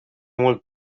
mult